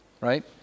Right